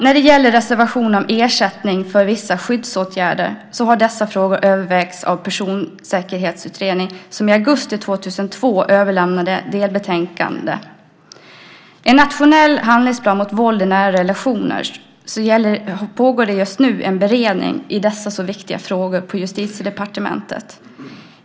När det gäller reservationen om ersättning av vissa skyddsåtgärder har dessa frågor övervägts av Personsäkerhetsutredningen, som i augusti 2002 överlämnade ett delbetänkande. I en nationell handlingsplan mot våld i nära relationer pågår just nu en beredning i dessa så viktiga frågor på Justitiedepartementet.